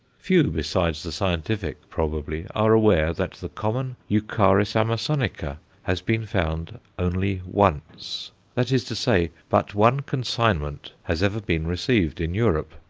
few besides the scientific, probably, are aware that the common eucharis amasonica has been found only once that is to say, but one consignment has ever been received in europe,